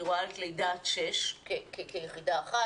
אני רואה לידה עד שש כיחידה אחת,